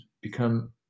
become